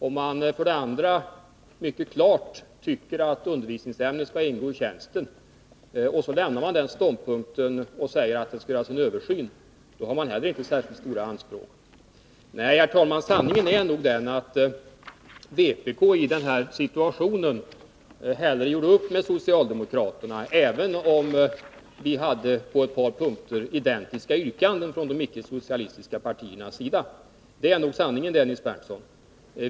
Om man mycket klart anger att undervisningsämnet skall ingå i tjänsten men utskottet frångår den ståndpunkten och säger att det skall göras en översyn, då har man inte heller särskilt stora anspråk om man menar att det är att bli tillmötesgådd. Nej, herr talman, sanningen är nog den att vpk i den här situationen hellre gjorde upp med socialdemokraterna — trots att vpk och de icke-socialistiska partierna på ett par punkter hade identiska yrkanden. Det är nog sanningen det, Nils Berndtson.